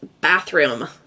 bathroom